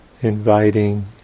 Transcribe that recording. inviting